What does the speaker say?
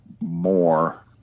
more